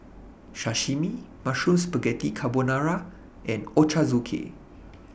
Sashimi Mushroom Spaghetti Carbonara and Ochazuke